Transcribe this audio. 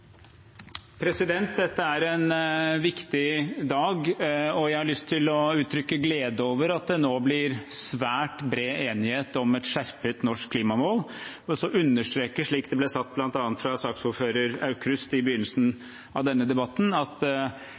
lyst til å uttrykke glede over at det nå blir svært bred enighet om et skjerpet norsk klimamål. Jeg vil også understreke – slik det ble sagt bl.a. fra saksordfører Aukrust i begynnelsen av denne debatten – at